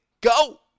go